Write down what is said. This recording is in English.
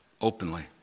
openly